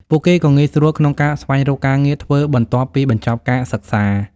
ពួកគេក៏ងាយស្រួលក្នុងការស្វែងរកការងារធ្វើបន្ទាប់ពីបញ្ចប់ការសិក្សា។